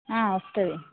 వస్తుంది